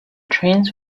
trains